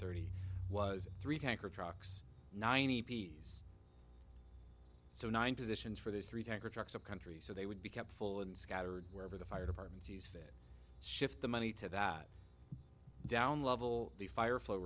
thirty was three tanker trucks nine any piece so nine positions for those three tanker trucks of country so they would be kept full and scattered wherever the fire departments shift the money to that down level the fire flow